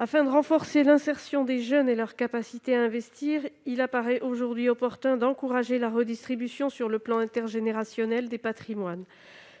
Afin de renforcer l'insertion des jeunes et leur capacité à investir, il apparaît aujourd'hui opportun d'encourager la redistribution intergénérationnelle des patrimoines.